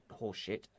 horseshit